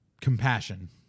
compassion